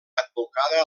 advocada